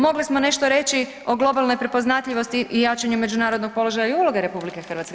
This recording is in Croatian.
Mogli smo nešto reći o globalnoj prepoznatljivosti i jačanju međunarodnog položaja i uloge RH.